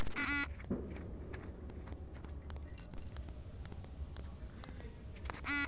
गुजरात में ढेर कपास भइले के कारण उहाँ कपड़ा के काम खूब होला